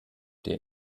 der